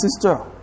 sister